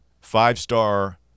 Five-star